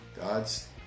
God's